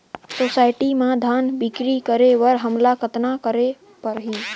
Society म धान बिक्री करे बर हमला कतना करे परही?